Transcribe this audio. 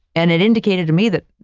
and it indicated to me that,